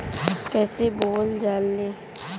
कईसे बोवल जाले?